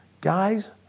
Guys